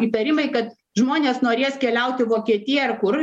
įtarimai kad žmonės norės keliaut į vokietiją ar kur